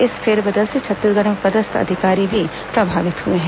इस फेरबदल से छत्तीसगढ़ में पदस्थ अधिकारी भी प्रभावित हुए हैं